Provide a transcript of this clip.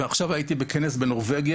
ועכשיו הייתי בכנס בנורבגיה,